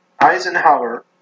Eisenhower